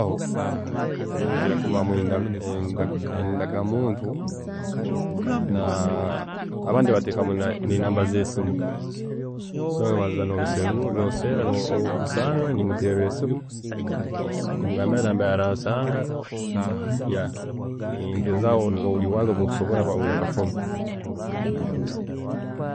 Mukira kubamu endaga muntu nabandi bateekamu nenamba zesimu, so noserra ahokubisanga, nimuterra esimu nimugambira nambere aransanga, yeah, ningezaaho mubwangu bwange obundi kusobola kurora ngu yakafuna.